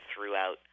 throughout